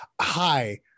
Hi